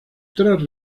tres